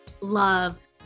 Love